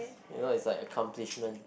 you know it's like accomplishment